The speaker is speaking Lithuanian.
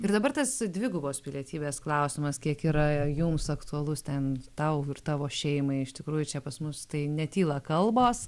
ir dabar tas dvigubos pilietybės klausimas kiek yra jums aktualus ten tau ir tavo šeimai iš tikrųjų čia pas mus tai netyla kalbos